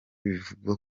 bivugwa